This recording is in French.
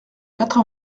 quatre